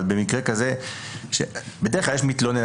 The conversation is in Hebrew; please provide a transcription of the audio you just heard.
בדרך כלל יש מתלונן,